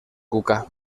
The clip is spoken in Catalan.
cuca